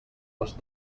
les